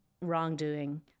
wrongdoing